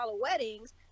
weddings